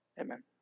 Amen